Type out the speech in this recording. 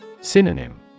Synonym